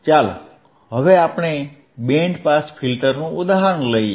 ચાલો હવે આપણે બેન્ડ પાસ ફિલ્ટરનું ઉદાહરણ લઈએ